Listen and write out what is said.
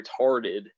retarded